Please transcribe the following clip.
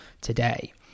today